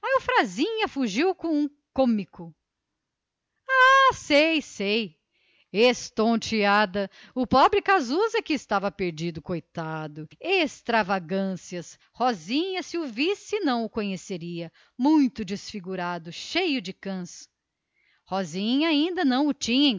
eufrasinha fugiu com um cômico ah sei sei estonteada o pobre casusa coitado é que estava perdido extravagâncias rosinha se o visse não o conheceria muito desfigurado cheio de cãs faísca declarou que ainda não